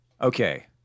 Okay